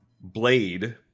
Blade